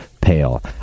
Pale